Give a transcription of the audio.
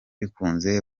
bikunze